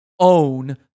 own